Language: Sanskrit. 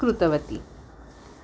कृतवती